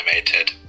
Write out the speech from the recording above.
animated